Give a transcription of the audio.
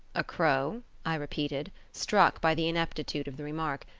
a crow i repeated, struck by the ineptitude of the remark,